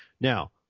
now